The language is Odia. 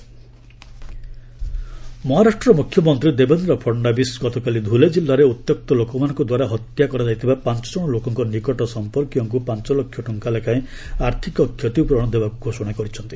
ମ୍ବଲେ ଲିଞ୍ଚିଂ ମହାରାଷ୍ଟ୍ର ମୁଖ୍ୟମନ୍ତ୍ରୀ ଦେବେନ୍ଦ୍ର ଫଡ଼ନାବିଶ୍ ଗତକାଲି ଧୁଲେ ଜିଲ୍ଲାରେ ଉତ୍ୟକ୍ତ ଲୋକମାନଙ୍କ ଦ୍ୱାରା ହତ୍ୟା କରାଯାଇଥିବା ପାଞ୍ଚ ଜଣ ଲୋକଙ୍କ ନିକଟ ସମ୍ପର୍କୀୟଙ୍କୁ ପାଞ୍ଚ ଲକ୍ଷ ଟଙ୍କା ଲେଖାଏଁ ଆର୍ଥିକ କ୍ଷତିପରଣ ଦେବାକୁ ଘୋଷଣା କରିଛନ୍ତି